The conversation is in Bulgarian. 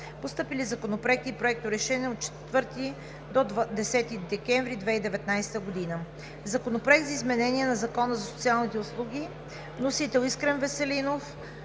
Постъпили законопроекти и проекторешения от 4 до 10 декември 2019 г.: Законопроект за изменение на Закона за социалните услуги. Вносител – Искрен Веселинов